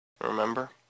Remember